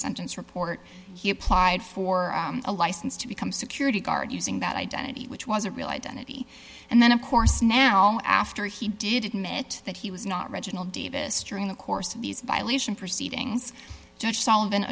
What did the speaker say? sentence report he applied for a license to become security guard using that identity which was a real identity and then of course now after he did admit that he was not reginald davis during the course of these violation proceedings judge solv